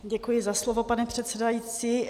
Děkuji za slovo, pane předsedající.